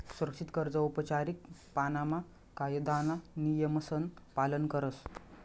सुरक्षित कर्ज औपचारीक पाणामा कायदाना नियमसन पालन करस